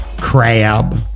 crab